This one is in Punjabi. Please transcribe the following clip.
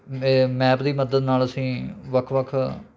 ਮੈਪ ਦੀ ਮਦਦ ਨਾਲ ਅਸੀਂ ਵੱਖ ਵੱਖ